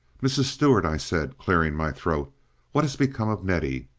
mrs. stuart, i said, clearing my throat what has become of nettie?